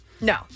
no